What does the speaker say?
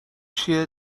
چیه